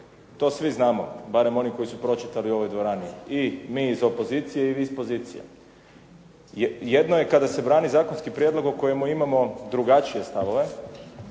To svi znamo, barem oni koji su pročitali u ovoj dvorani. I mi iz opozicije i vi s pozicije. Jedno je kada se brani zakonski prijedlog o kojemu imamo drugačije stavove